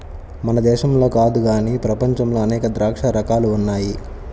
మన దేశంలో కాదు గానీ ప్రపంచంలో అనేక ద్రాక్ష రకాలు ఉన్నాయి